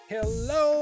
Hello